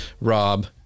Rob